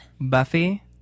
Buffy